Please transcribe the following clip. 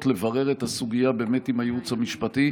לברר את הסוגיה באמת עם הייעוץ המשפטי.